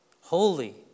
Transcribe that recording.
holy